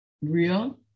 real